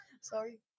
sorry